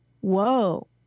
whoa